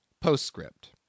POSTSCRIPT